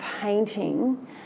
painting